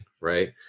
right